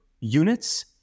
units